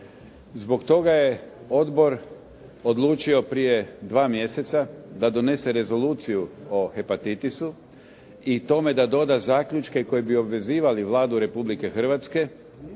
Zbog toga je odbor odlučio prije dva mjeseca da donese Rezoluciju o hepatitisu i tome da doda zaključke koji bi obvezivali Vladu Republike Hrvatske